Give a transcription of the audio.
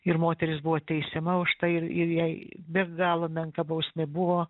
ir moteris buvo teisiama už tai ir ir jai be galo menka bausmė buvo